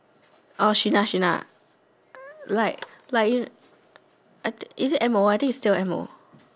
orh Sheena Sheena like like you I think is it M O I think is still M O